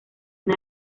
una